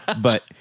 but-